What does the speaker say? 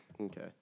Okay